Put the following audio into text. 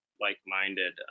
like-minded